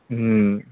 হুম